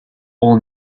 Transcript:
all